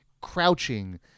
crouching